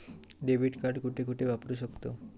Debit card कुठे कुठे वापरू शकतव?